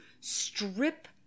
strip